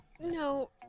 No